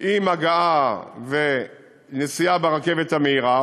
עם הגעה ונסיעה ברכבת המהירה,